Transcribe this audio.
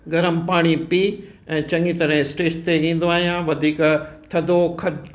गरम पाणी पी ऐं चङी तरह स्टेज ते ईंदो आहियां वधीक थदो खट